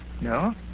No